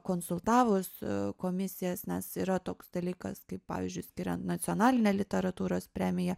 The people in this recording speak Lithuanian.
konsultavus komisijas nes yra toks dalykas kaip pavyzdžiui skiriant nacionalinę literatūros premiją